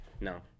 No